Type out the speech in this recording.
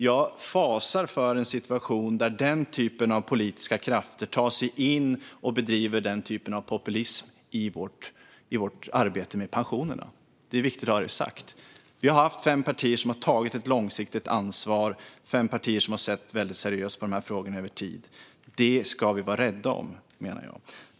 Jag fasar för en situation där den typen av politiska krafter tar sig in och bedriver den typen av populism i vårt arbete med pensionerna. Det är viktigt att ha detta sagt. Vi har fem partier som har tagit ett långsiktigt ansvar - fem partier som har sett väldigt seriöst på dessa frågor över tid. Det ska vi vara rädda om, menar jag.